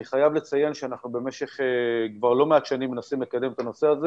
אני חייב לציין שאנחנו במשך כבר לא מעט שנים מנסים לקדם את הנושא הזה